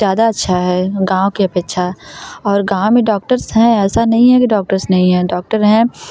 ज़्यादा अच्छा है गाँव के अपेक्षा और गाँव में डॉक्टर्स हैं ऐसा नहीं है कि गाँव में डॉक्टर्स नहीं है डॉक्टर है